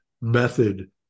method